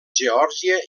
geòrgia